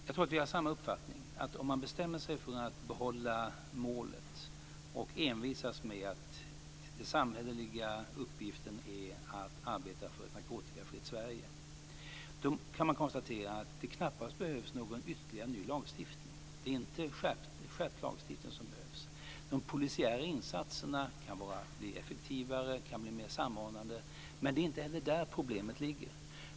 Jag tror att vi har samma uppfattning, att om man bestämmer sig för att behålla målet och envisas med att den samhälleliga uppgiften är att arbeta för ett narkotikafritt Sverige behövs det knappast någon ytterligare ny lagstiftning - det är inte skärpt lagstiftning som behövs. De polisiära insatserna kan bli effektivare och mer samordnande, men det är inte heller där problemet ligger.